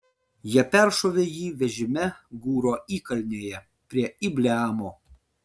jie peršovė jį vežime gūro įkalnėje prie ibleamo